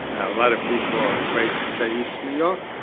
a lot of people are afraid to say east new york.